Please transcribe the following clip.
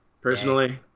personally